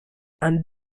and